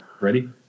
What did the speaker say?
Ready